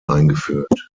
eingeführt